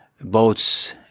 boats